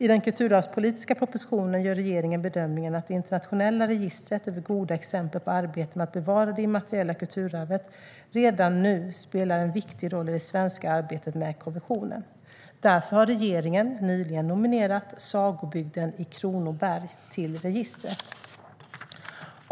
I den kulturarvspolitiska propositionen gör regeringen bedömningen att det internationella registret över goda exempel på arbete med att bevara det immateriella kulturarvet redan nu spelar en viktig roll i det svenska arbetet med konventionen. Därför har regeringen nyligen nominerat Sagobygden i Kronoberg till registret.